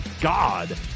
God